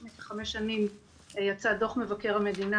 לפני כחמש שנים יצא דוח מבקר המדינה,